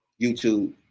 YouTube